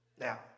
Now